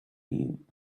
you